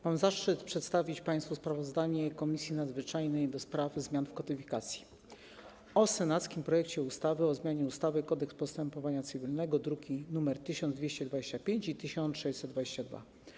Mam zaszczyt przedstawić państwu sprawozdanie Komisji Nadzwyczajnej do spraw zmian w kodyfikacjach o senackim projekcie ustawy o zmianie ustawy - Kodeks postępowania cywilnego, druki nr 1225 i 1622.